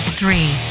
three